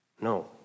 No